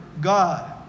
God